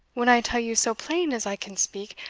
when i tell you so plain as i can speak,